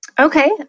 Okay